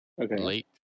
Okay